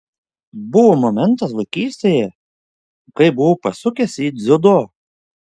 buvo momentas vaikystėje kai buvau pasukęs į dziudo